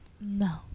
No